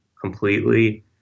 completely